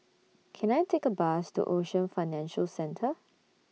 Can I Take A Bus to Ocean Financial Centre